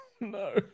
No